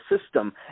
system